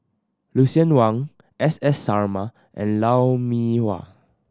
Lucien Wang S S Sarma and Lou Mee Wah